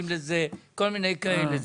כל מיני גופים כאלה.